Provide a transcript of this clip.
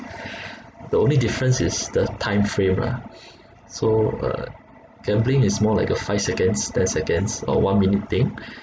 the only difference is the time frame lah so uh gambling is more like a five seconds ten seconds or one minute thing